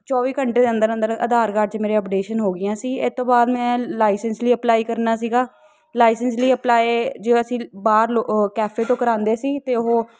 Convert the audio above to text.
ਚੌਵੀ ਘੰਟੇ ਦੇ ਅੰਦਰ ਅੰਦਰ ਆਧਾਰ ਕਾਰਡ 'ਚ ਮੇਰੇ ਅਪਡੇਸ਼ਨ ਹੋ ਗਈਆਂ ਸੀ ਇਹਤੋਂ ਬਾਅਦ ਮੈਂ ਲਾਈਸੈਂਸ ਲਈ ਅਪਲਾਈ ਕਰਨਾ ਸੀਗਾ ਲਾਈਸੈਂਸ ਲਈ ਅਪਲਾਈ ਜੇ ਅਸੀਂ ਬਾਹਰ ਲੋ ਕੈਫੇ ਤੋਂ ਕਰਵਾਉਂਦੇ ਸੀ ਤਾਂ ਉਹ